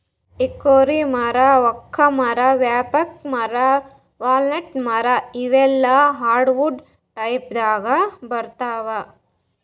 hickory ಮರಾ oak ಮರಾ maple ಮರಾ ವಾಲ್ನಟ್ ಮರಾ ಇವೆಲ್ಲಾ ಹಾರ್ಡವುಡ್ ಟೈಪ್ದಾಗ್ ಬರ್ತಾವ್